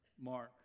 Mark